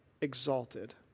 exalted